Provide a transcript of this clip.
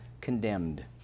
condemned